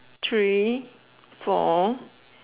three four